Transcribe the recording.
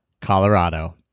Colorado